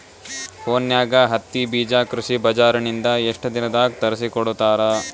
ಫೋನ್ಯಾಗ ಹತ್ತಿ ಬೀಜಾ ಕೃಷಿ ಬಜಾರ ನಿಂದ ಎಷ್ಟ ದಿನದಾಗ ತರಸಿಕೋಡತಾರ?